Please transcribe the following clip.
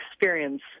experience